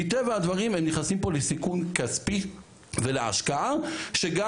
מטבע הדברים הם נכנסים פה לסיכון כספי ולהשקעה שגם